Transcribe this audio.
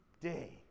day